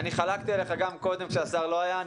חלקתי עליך גם קודם כשהשר לא היה.